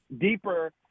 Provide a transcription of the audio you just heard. deeper